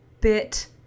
bit